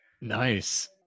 nice